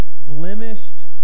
blemished